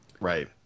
Right